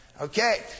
Okay